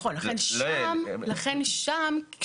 לכן שם,